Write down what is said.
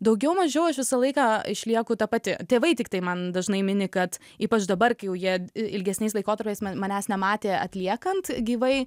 daugiau mažiau aš visą laiką išlieku ta pati tėvai tiktai man dažnai mini kad ypač dabar kai jau jie ilgesniais laikotarpiais ma manęs nematė atliekant gyvai